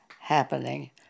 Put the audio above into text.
happening